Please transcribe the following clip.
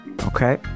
Okay